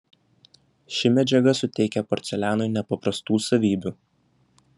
ši medžiaga suteikia porcelianui nepaprastų savybių